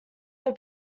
this